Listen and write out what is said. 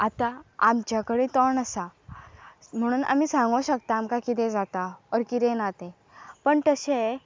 आतां आमच्या कडेन तोंड आसा म्हणून आमी सांगूं शकता आमकां किदें जाता ओर कितें ना तें पण तशें